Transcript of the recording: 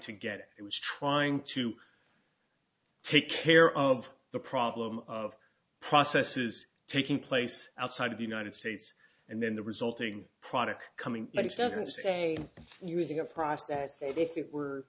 to get it was trying to take care of the problem of process is taking place outside of the united states and then the resulting product coming but it doesn't say using a process that if it were